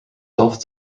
self